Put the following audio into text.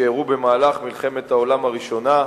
שאירעו במהלך מלחמת העולם הראשונה,